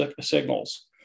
signals